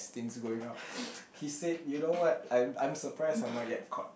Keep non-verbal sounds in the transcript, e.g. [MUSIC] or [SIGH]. things going up [BREATH] he said you know what I'm I'm surprised I'm not yet caught